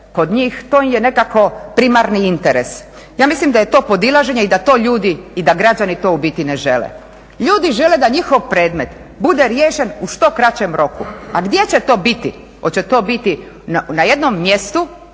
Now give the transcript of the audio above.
kod njih, to im je nekako primarni interes. Ja mislim da je to podilaženje i da to ljudi i da građani to u biti ne žele. Ljudi žele da njihov predmet bude riješen u što kraćem roku, a gdje će to biti, hoće to biti na jednom mjestu